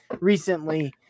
recently